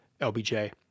LBJ